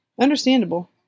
Understandable